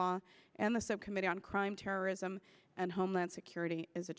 law and the subcommittee on crime terrorism and homeland security is a